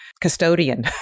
custodian